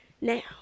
now